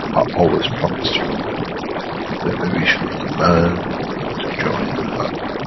always promised you the elevation of the man to join the family,